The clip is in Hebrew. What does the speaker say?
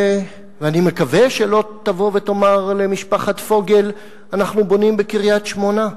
ואני מקווה שלא תבוא ותאמר למשפחת פוגל: אנחנו בונים בקריית-שמונה.